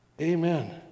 Amen